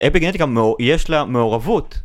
אפי גנטיקה יש לה מעורבות